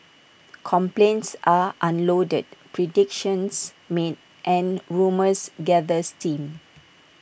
complaints are unloaded predictions made and rumours gather steam